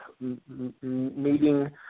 meeting